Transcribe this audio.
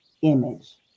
image